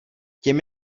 těm